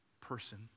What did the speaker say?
person